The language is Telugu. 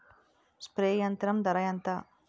స్ప్రే యంత్రం ధర ఏంతా?